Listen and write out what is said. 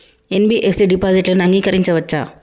NBFC డిపాజిట్లను అంగీకరించవచ్చా?